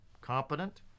competent